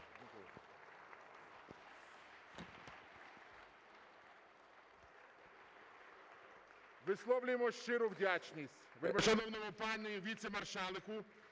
Висловлюємо щиру вдячність шановному пану Віце-маршалку,